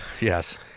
Yes